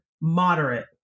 moderate